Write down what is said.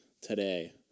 today